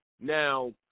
now